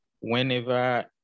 whenever